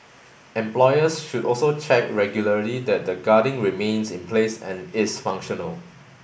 employers should also check regularly that the guarding remains in place and is functional